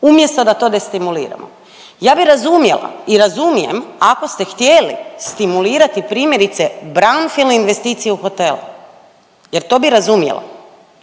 umjesto da to destimuliramo? Ja bih razumjela i razumijem ako ste htjeli stimulirati primjerice brandfield investicije u hotele, jer to bih razumjela,